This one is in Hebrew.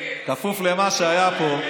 בכפוף למה שהיה פה,